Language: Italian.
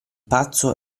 pazzo